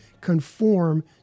conform